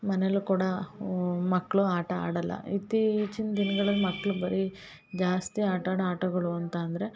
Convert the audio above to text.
ಮನೇಯಲ್ಲು ಕೂಡ ಓ ಮಕ್ಕಳು ಆಟ ಆಡಲ್ಲ ಇತ್ತೀಚಿನ ದಿನ್ಗಳಲ್ಲಿ ಮಕ್ಳು ಬರೀ ಜಾಸ್ತಿ ಆಟ ಆಡ ಆಟಗಳು ಅಂತಂದರೆ